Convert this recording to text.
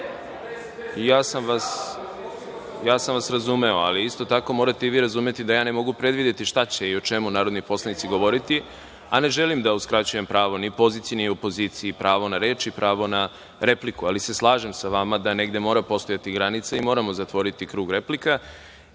sam vas razumeo, ali isto tako morate i vi razumeti da ja ne mogu predvideti šta će i o čemu narodni poslanici govoriti, a ne želim da uskraćujem pravo ni poziciji ni opoziciji na reč i pravo na repliku. Ali, slažem se sa vama da negde mora postojati granica i moramo zatvoriti krug replika. Reč